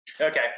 Okay